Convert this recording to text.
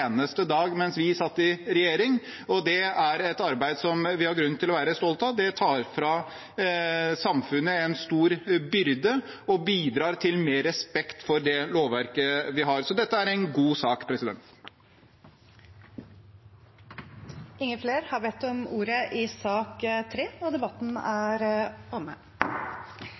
et arbeid som vi har grunn til å være stolte av. Det tar fra samfunnet en stor byrde og bidrar til mer respekt for det lovverket vi har, så dette er en god sak. Flere har ikke bedt om ordet til sak nr. 3. Etter ønske fra kommunal- og forvaltningskomiteen vil presidenten ordne debatten